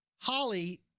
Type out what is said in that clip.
Holly